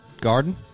garden